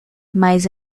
mais